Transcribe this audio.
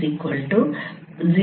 32 0